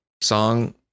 song